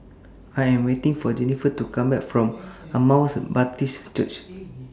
I Am waiting For Jennifer to Come Back from Emmaus Baptist Church